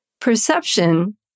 Perception